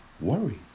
worry